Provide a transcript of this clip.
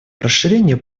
расширение